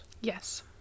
Yes